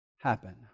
happen